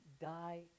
die